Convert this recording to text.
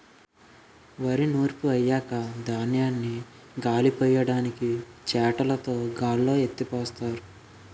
వరి నూర్పు అయ్యాక ధాన్యాన్ని గాలిపొయ్యడానికి చేటలుతో గాల్లో ఎత్తిపోస్తారు